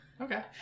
Okay